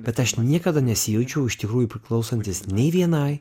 bet aš niekada nesijaučiau iš tikrųjų priklausantis nei vienai